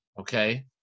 okay